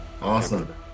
awesome